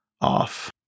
off